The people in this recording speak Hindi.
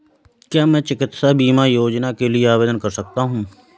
क्या मैं चिकित्सा बीमा योजना के लिए आवेदन कर सकता हूँ?